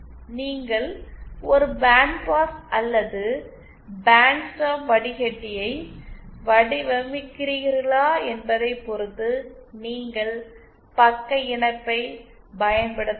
நீங்கள் ஒரு பேண்ட்பாஸ் அல்லது பேண்ட் ஸ்டாப் வடிகட்டியை வடிவமைக்கிறீர்களா என்பதைப் பொறுத்து நீங்கள் பக்க இணைப்பை பயன்படுத்த வேண்டும்